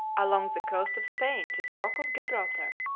along the coast of spain to the rock of gibraltar,